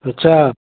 अछा